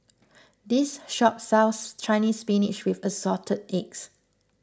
this shop sells Chinese Spinach with Assorted Eggs